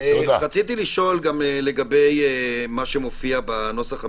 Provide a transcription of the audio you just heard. רציתי לשאול לגבי מה שמופיע בנוסח המשולב,